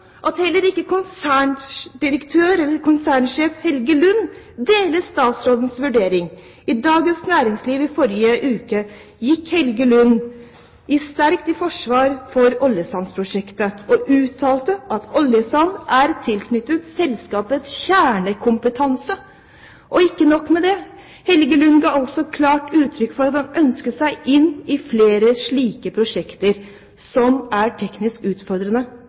at heller ikke konsernsjef Helge Lund deler statsrådens vurdering. I Dagens Næringsliv i forrige uke gikk Helge Lund sterkt i forsvar for oljesandprosjektet og uttalte at oljesand er tilknyttet selskapets kjernekompetanse. Og ikke nok med det: Helge Lund ga også klart uttrykk for at han ønsker seg inn i flere slike prosjekter som er teknisk utfordrende.